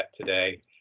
today